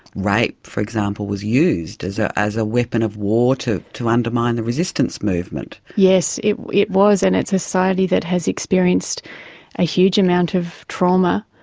rape for example was used as ah as a weapon of war to to undermine the resistance movement. yes, it it was, and it's a society that has experienced a huge amount of trauma,